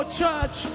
church